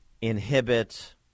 inhibit